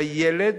לילד,